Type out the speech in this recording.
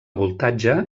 voltatge